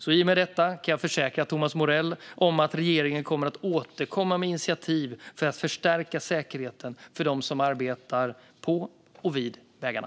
I och med detta kan jag försäkra Thomas Morell om att regeringen kommer att återkomma med initiativ för att förstärka säkerheten för dem som arbetar på och vid vägarna.